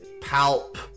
Palp